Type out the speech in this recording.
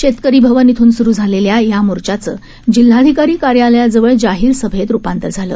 शेतकरी भवन इथून सुरु झालेल्या या मोर्चाचं जिल्हाधिकारी कार्यालया जवळ जाहीर सभेत रूपांतर झालं